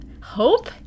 Hope